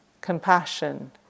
compassion